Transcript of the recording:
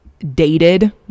dated